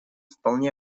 вполне